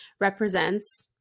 represents